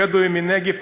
הבדואים מהנגב,